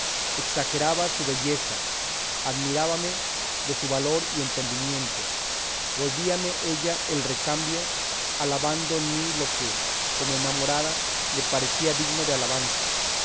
exageraba su belleza admirábame de su valor y entendimiento volvíame ella el recambio alabando en mí lo que como enamorada le parecía digno de alabanza